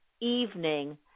evening